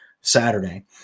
Saturday